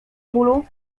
bólu